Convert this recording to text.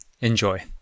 Enjoy